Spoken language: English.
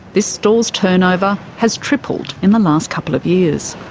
this store's turnover has tripled in the last couple of years.